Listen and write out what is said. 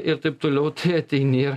ir taip toliau tai ateini